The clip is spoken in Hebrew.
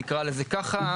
נקרא לזה ככה,